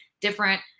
different